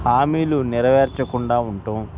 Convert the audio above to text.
ఆమీలు నెరవేర్చకుండా ఉండడం